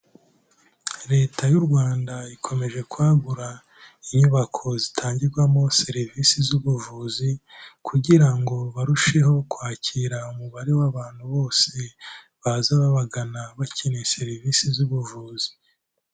Leta y'u Rwanda ikomeje kwagura inyubako zitangirwamo serivisi z'ubuvuzi kugira ngo barusheho kwakira umubare w'abantu bose, baza babagana bakeneye serivisi z'ubuvuzi.